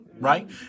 right